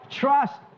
trust